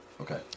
Okay